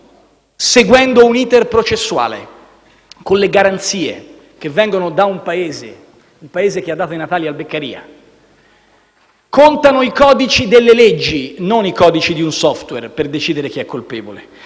seguendo un *iter* processuale, con le garanzie che vengono da un Paese che ha dato i natali a Beccaria. Contano i codici delle leggi non i codici di un *software* per decidere chi è colpevole.